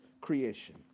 creation